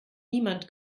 niemand